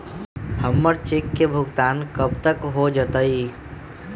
हमर चेक के भुगतान कब तक हो जतई